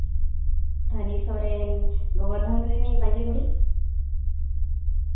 ᱫᱷᱟᱱᱤ ᱥᱚᱨᱮᱱ ᱜᱳᱵᱳᱨᱫᱷᱚᱱ ᱨᱤᱱᱤᱡ ᱢᱟᱺᱡᱷᱤ ᱵᱩᱲᱦᱤ